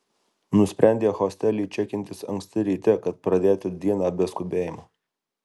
nusprendė hostely čekintis anksti ryte kad pradėti dieną be skubėjimo